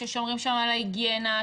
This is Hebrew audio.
ששומרים שם על ההיגיינה,